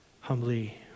humbly